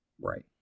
Right